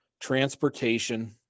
transportation